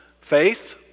faith